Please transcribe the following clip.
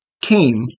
came